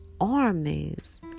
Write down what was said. armies